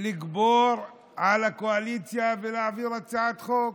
לגבור על הקואליציה ולהעביר הצעת חוק.